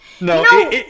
no